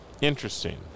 interesting